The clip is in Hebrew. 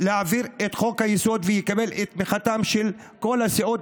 להעביר את חוק-היסוד ולקבל את תמיכתן של כל סיעות